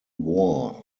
war